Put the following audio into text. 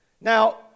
Now